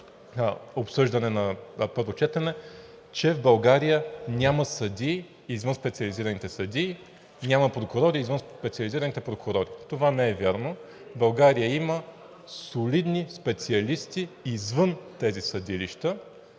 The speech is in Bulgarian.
обсъждане на първо четене, че в България няма съдии извън специализираните съдии, няма прокурори извън специализираните прокурори – това не е вярно! В България има солидни специалисти извън тези съдилища,